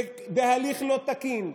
בהליך לא תקין.